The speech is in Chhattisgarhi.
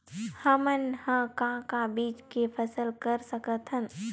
हमन ह का का बीज के फसल कर सकत हन?